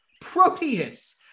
Proteus